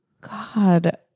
God